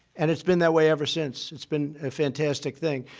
and it's been that way ever sense. it's been a fantastic thing.